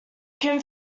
can